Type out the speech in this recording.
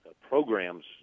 programs